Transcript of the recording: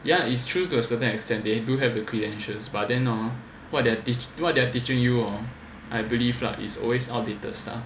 ya it's true to a certain extent they do have the credentials but then hor what they teach what they're teaching you hor I believe lah is always outdated stuff